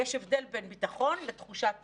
ויש הבדל בין ביטחון לתחושת ביטחון.